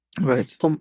Right